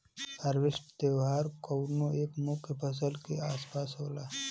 harvest त्यौहार कउनो एक मुख्य फसल के आस पास होला